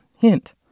Hint